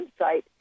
website